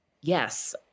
yes